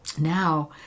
now